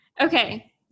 okay